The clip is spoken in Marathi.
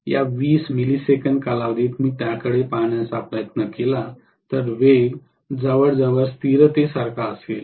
या 20 मिलिसेकंद कालावधीत मी त्याकडे पाहण्याचा प्रयत्न केला तर वेग जवळजवळ स्थिरतेसारखा असेल